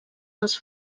els